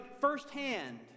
firsthand